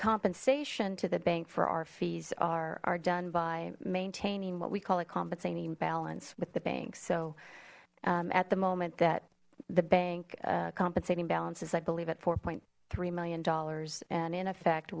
compensation to the bank for our fees are done by maintaining what we call a compensating balance with the bank so at the moment that the bank compensating balances i believe at four point three million dollars and in